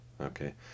Okay